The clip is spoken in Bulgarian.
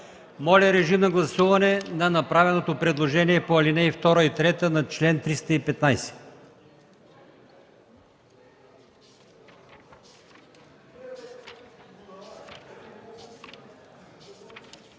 Моля, режим на гласуване по направеното предложение по ал. 2 и ал. 3 на чл. 315.